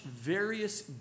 various